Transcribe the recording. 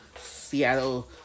Seattle